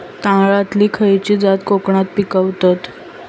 तांदलतली खयची जात कोकणात पिकवतत?